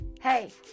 hey